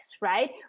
right